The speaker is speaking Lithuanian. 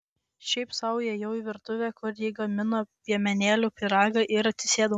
šiaip sau įėjau į virtuvę kur ji gamino piemenėlių pyragą ir atsisėdau